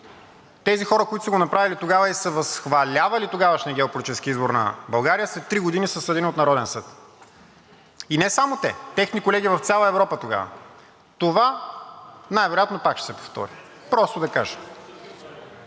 тези хора, които са го направили тогава и са възхвалявали тогавашния геополитически избор на България, след три години са съдени от Народен съд. И не само те, техни колеги в цяла Европа тогава. Това най-вероятно пак ще се повтори. Просто да кажа.